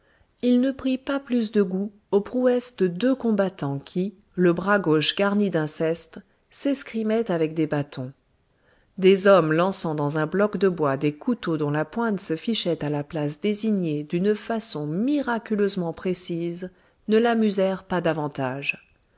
il ne prit pas plus de goût aux prouesses de deux combattants qui le bras gauche garni d'un ceste s'escrimaient avec des bâtons des hommes lançant dans un bloc de bois des couteaux dont la pointe se fichait à la place désignée d'une façon miraculeusement précise ne l'amusèrent pas davantage